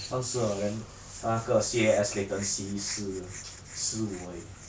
三十二 then 它那个 C_A_S latency 是 十五而已